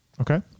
Okay